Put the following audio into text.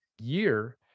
year